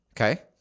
Okay